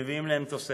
מביאים להם תוספת.